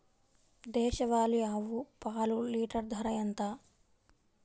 దేశవాలీ ఆవు పాలు లీటరు ధర ఎంత?